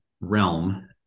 realm